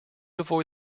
avoid